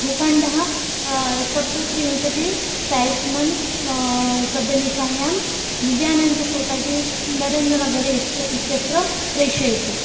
भूखण्डः सप्तत्रिंशतिः सायिसुमनः सदनिकायां विजयानन्दः सोसैटी नरेन्द्रनगरे इत् इत्यत्र प्रेषयतु